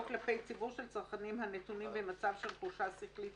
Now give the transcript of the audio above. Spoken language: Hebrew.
או כלפי ציבור של צרכנים הנתונים במצב של חולשה שכלית,